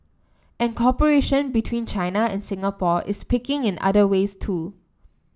and cooperation between China and Singapore is picking in other ways too